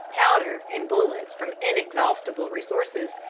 powder, and bullets from inexhaustible resources,